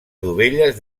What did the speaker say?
dovelles